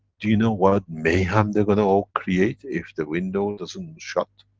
do you know what mayhem they're gonna all create, if the window doesn't shut?